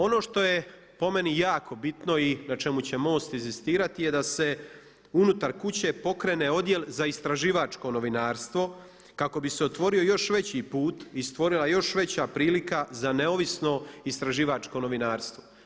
Ono što je po meni jako bitno i na čemu će MOST inzistirati je da se unutar kuće pokrene odjel za istraživačko novinarstvo kako bi se otvorio još veći put i stvorila još veća prilika za neovisno istraživačko novinarstvo.